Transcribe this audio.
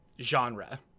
genre